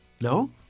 No